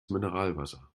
mineralwasser